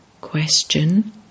Question